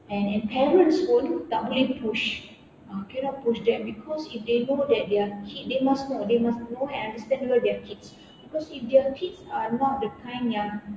and and parents pun tak boleh push ah cannot push them because if they know that their kid they must know they must know and understand whether their kid because if their kid are not the kind yang